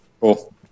Cool